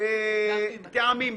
לגבי הטעמים.